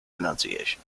pronunciation